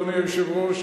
אדוני היושב-ראש,